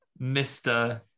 Mr